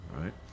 right